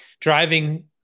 driving